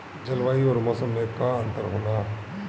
जलवायु और मौसम में का अंतर होला?